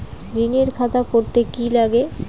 ঋণের খাতা করতে কি লাগে?